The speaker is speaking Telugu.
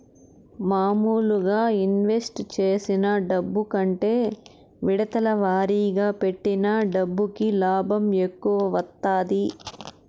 మాములుగా ఇన్వెస్ట్ చేసిన డబ్బు కంటే విడతల వారీగా పెట్టిన డబ్బుకి లాభం ఎక్కువ వత్తాది